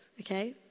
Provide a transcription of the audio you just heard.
okay